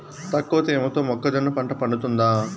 తక్కువ తేమతో మొక్కజొన్న పంట పండుతుందా?